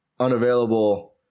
unavailable